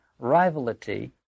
rivality